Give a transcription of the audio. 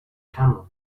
camels